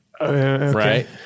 Right